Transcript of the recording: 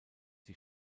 die